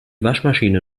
waschmaschine